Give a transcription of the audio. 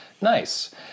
Nice